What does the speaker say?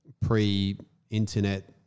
pre-internet